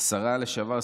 השרה לשעבר,